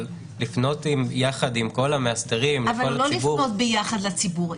אבל לפנות יחד עם כל המאסדרים- -- לא לפנות יחד לציבור.